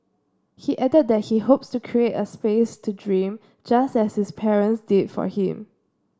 he added that he hopes to create a space to dream just as his parents did for him